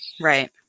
Right